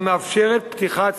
המאפשרת פתיחת,